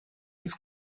ins